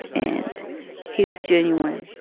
and he was genuine,